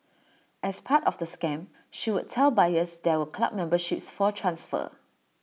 as part of the scam she would tell buyers there were club memberships for transfer